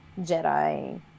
Jedi